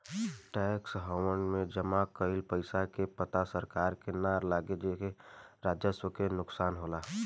tax haven में जमा कइल पइसा के पता सरकार के ना लागे जेसे राजस्व के नुकसान होला